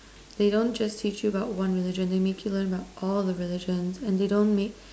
they don't just teach you about one religion they make you learn about all the religion and they don't mix